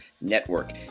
Network